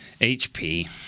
HP